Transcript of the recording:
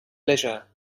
leisure